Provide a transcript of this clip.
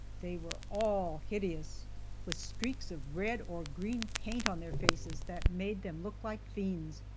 they were all hideous with streaks of red or green paint on their faces that made them look like fiends.